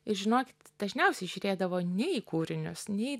ir žinokit dažniausiai žiūrėdavo ne į kūrinius ne į